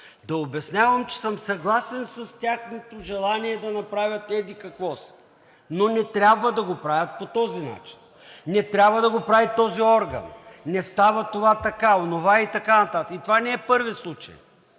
да обяснявам, че съм съгласен с тяхното желание да направят еди-какво си, но не трябва да го правят по този начин. Не трябва да го прави този орган. Не става това така, онова и така нататък. Това не е първи случай.